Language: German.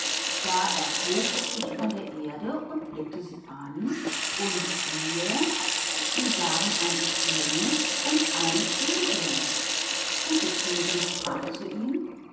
und es stand auf und sah sie an und siehe sie waren ein könig und eine königin und die königin sagte zu ihm